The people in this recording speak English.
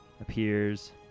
appears